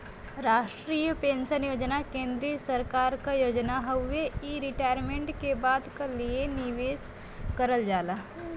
राष्ट्रीय पेंशन योजना केंद्रीय सरकार क योजना हउवे इ रिटायरमेंट के बाद क लिए निवेश करल जाला